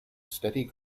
steady